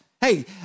hey